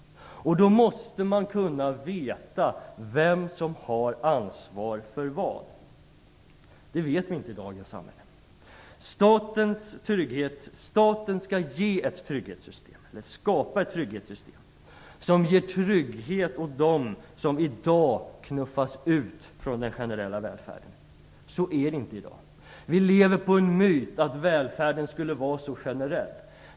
Då måste man kunna veta vem som har ansvaret för vad. Det vet vi inte i dagens samhälle. Staten skall skapa ett trygghetssystem som ger trygghet åt dem som i dag knuffas ut från den generella välfärden. Det finns inte i dag. Vi lever med en myt att välfärden är så generell.